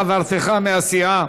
חברת הכנסת מועלם-רפאלי.